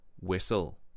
Whistle